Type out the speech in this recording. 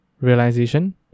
realization